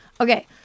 Okay